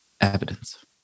evidence